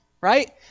Right